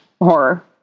horror